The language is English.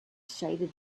shaded